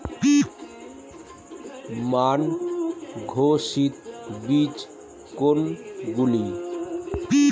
মান ঘোষিত বীজ কোনগুলি?